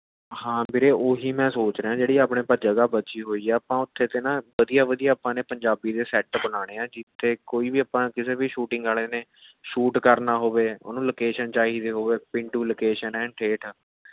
ਹਾਂ ਵੀਰੇ ਉਹ ਹੀ ਮੈਂ ਸੋਚ ਰਿਹਾ ਜਿਹੜੀ ਆਪਣੇ ਜਗ੍ਹਾ ਬਚੀ ਹੋਈ ਹੈ ਆਪਾਂ ਉੱਥੇ ਨਾ ਵਧੀਆ ਵਧੀਆ ਆਪਾਂ ਨੇ ਪੰਜਾਬੀ ਦੇ ਸੈੱਟ ਬਣਾਉਣੇ ਹੈ ਜਿੱਥੇ ਕੋਈ ਵੀ ਆਪਾਂ ਕਿਸੇ ਵੀ ਸ਼ੂਟਿੰਗ ਵਾਲੇ ਨੇ ਸ਼ੂਟ ਕਰਨਾ ਹੋਵੇ ਉਹਨੂੰ ਲੋਕੇਸ਼ਨ ਚਾਹੀਦੀ ਹੋਵੇ ਪੇਂਡੂ ਲੋਕੇਸ਼ਨ ਐਂਨ ਠੇਠ